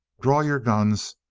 draw your guns,